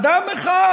אדם אחד,